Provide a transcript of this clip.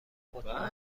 مطمئنم